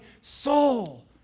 soul